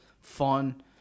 fun